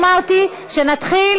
אני אמרתי שנתחיל,